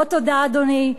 לא תודה, אדוני.